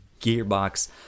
Gearbox